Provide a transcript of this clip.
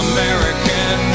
American